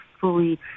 fully